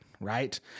right